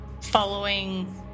following